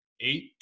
eight